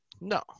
No